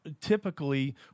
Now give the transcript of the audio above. typically